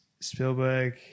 Spielberg